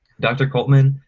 dr. coltman,